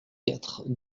quatre